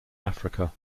africa